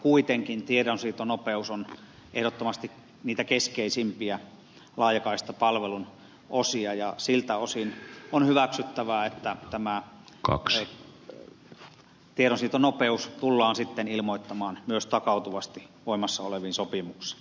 kuitenkin tiedonsiirtonopeus on ehdottomasti niitä keskeisimpiä laajakaistapalvelun osia ja siltä osin on hyväksyttävää että tämä tiedonsiirtonopeus tullaan sitten ilmoittamaan myös takautuvasti voimassa oleviin sopimuksiin